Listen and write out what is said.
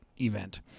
event